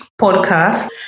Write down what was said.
podcast